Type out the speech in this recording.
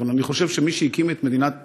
אבל אני חושב שמי שהקים את מדינת ישראל,